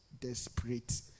Desperate